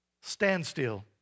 standstill